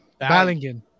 Ballingen